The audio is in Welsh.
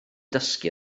dysgu